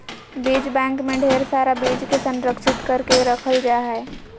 बीज बैंक मे ढेर सारा बीज के संरक्षित करके रखल जा हय